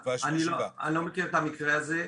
אני לא מכיר את המקרה הזה,